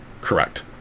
correct